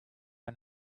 and